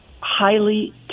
highly